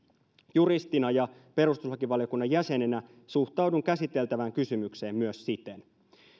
juristina ja perustuslakivaliokunnan jäsenenä suhtaudun käsiteltävään kysymykseen myös siten